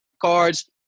cards